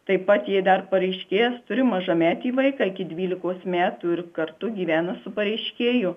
taip pat jei dar pareiškėjas turi mažametį vaiką iki dvylikos metų ir kartu gyvena su pareiškėju